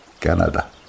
Canada